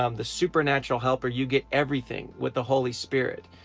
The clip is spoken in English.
um the supernatural helper, you get everything with the holy spirit!